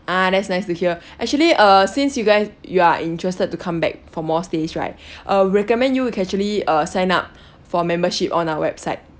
ah that's nice to hear actually uh since you guys you are interested to come back for more stays right I would recommend you can actually uh sign up for membership on our website